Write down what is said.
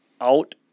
out